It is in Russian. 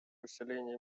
усиление